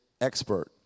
expert